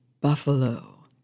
Buffalo